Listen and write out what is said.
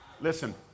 Listen